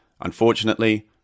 unfortunately